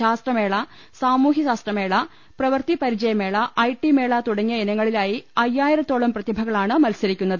ശാസ്ത്രമേള സാമൂഹ്യ ശാസ്ത്രമേള പ്രവൃത്തി പരിചയ മേള ഐ ടി മേള തുടങ്ങിയ ഇനങ്ങളിലായി അയ്യായിരത്തോളം പ്രതിഭകളാണ് മത്സരിക്കുന്നത്